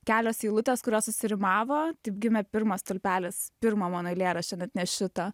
kelios eilutės kurios susirimavo taip gimė pirmas stulpelis pirma mano eilėraščio bet ne šito